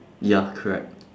ya correct